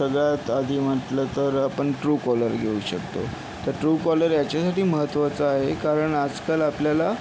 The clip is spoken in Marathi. सगळ्यात आधी म्हटलं तर आपण ट्रूकॉलर घेऊ शकतो तर ट्रूकॉलर याच्यासाठी महत्वाचं आहे कारण आजकाल आपल्याला